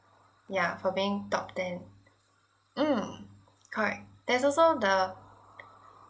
yeah for being top ten mm correct there's also the